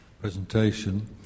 presentation